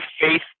faith